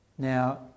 Now